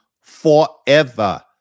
forever